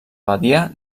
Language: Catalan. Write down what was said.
badia